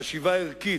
חשיבה ערכית,